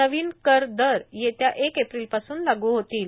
नवीन कर दर येत्या एक एप्रिलपासून लागू होतील